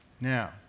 Now